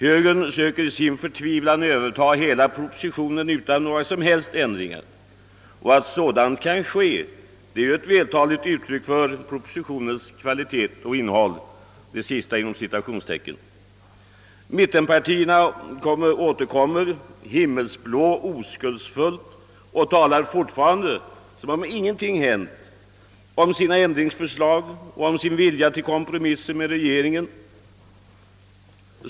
Högern söker i sin förtvivlan övertaga hela propositionen, utan några som helst ändringar. Att sådant kan ske är ett vältaligt uttryck för propositionens »kvalitet och innehåll». Mittenpartierna återkommer i himmelsblå <oskuldsfullhet och talar fortfarande — som om ingenting hänt — om sina ändringsförslag och om sin vilja till kompromisser med regeringen.